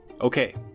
Okay